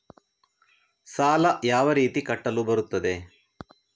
ಸಾಲ ಯಾವ ರೀತಿ ಕಟ್ಟಲು ಬರುತ್ತದೆ?